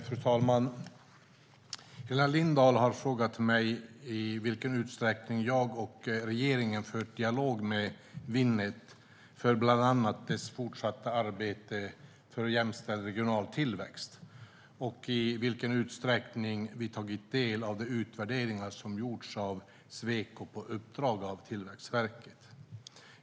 Fru talman! Helena Lindahl har frågat mig i vilken utsträckning jag och regeringen fört dialog med Winnet för bland annat dess fortsatta arbete för jämställd regional tillväxt och i vilken utsträckning vi tagit del av de utvärderingar som gjorts av Sweco på uppdrag av Tillväxtverket.